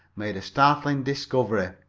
made a startling discovery.